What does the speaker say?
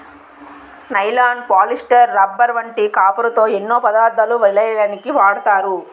nylon, polyester, rubber వంటి కాపరుతో ఎన్నో పదార్ధాలు వలెయ్యడానికు వాడతారు